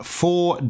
four